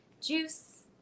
juice